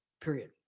Period